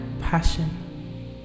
passion